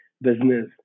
business